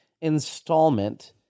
installment